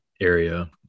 area